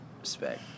Respect